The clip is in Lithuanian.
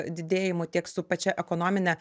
didėjimu tiek su pačia ekonomine